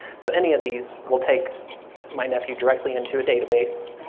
so any of these will take my nephew directly into a data base.